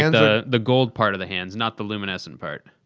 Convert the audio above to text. and the gold part of the hands, not the luminescent part.